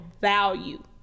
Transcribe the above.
value